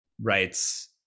writes